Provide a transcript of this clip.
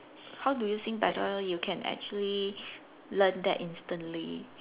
how do you sing better you can actually learn that instantly